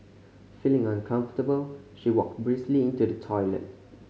feeling uncomfortable she walked briskly into the toilet